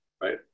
Right